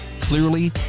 clearly